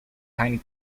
tiny